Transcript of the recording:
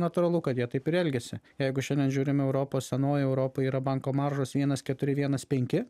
natūralu kad jie taip ir elgiasi jeigu šiandien žiūrim europos senoji europa yra banko maržos vienas keturi vienas penki